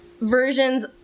versions